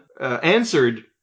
answered